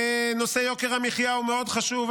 נושא יוקר המחיה הוא מאוד חשוב.